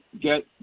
get